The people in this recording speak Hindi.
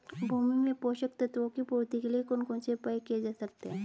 भूमि में पोषक तत्वों की पूर्ति के लिए कौन कौन से उपाय किए जा सकते हैं?